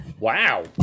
Wow